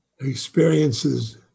experiences